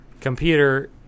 computer